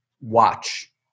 Watch